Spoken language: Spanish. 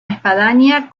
espadaña